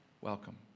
Welcome